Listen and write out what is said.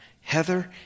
Heather